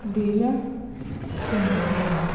बेहियै सुनदे बी है हे